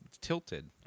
tilted